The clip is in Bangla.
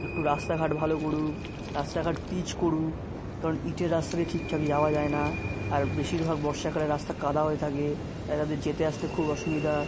একটু রাস্তাঘাট ভালো করুক রাস্তাঘাট পিচ করুক কারণ ইটের রাস্তাতে ঠিকঠাক যাওয়া যায় না আর বেশিরভাগ বর্ষাকালে রাস্তা কাদা হয়ে থাকে তাই তাদের যেতে আসতে খুব অসুবিধা